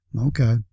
Okay